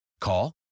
Call